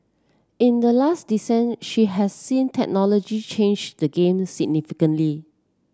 in the last decent she has seen technology change the game significantly